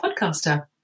podcaster